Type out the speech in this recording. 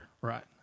Right